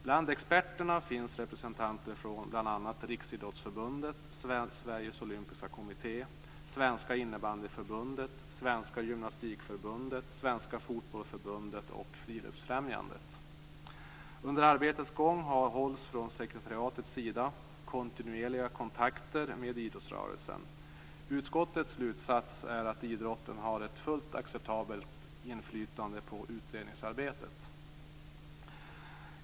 Bland experterna finns representanter från bl.a. Riksidrottsförbundet, Sveriges Olympiska Kommitté, Svenska Innebandyförbundet, Svenska Gymnastikförbundet, Svenska Fotbollförbundet och Friluftsfrämjandet. Under arbetets gång hålls från sekretariatets sida kontinuerliga kontakter med idrottsrörelsen. Utskottets slutsats är att idrotten har ett fullt acceptabelt inflytande på utredningsarbetet.